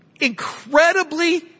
incredibly